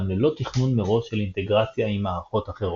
ללא תכנון מראש של אינטגרציה עם מערכות אחרות.